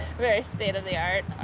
very state of the art.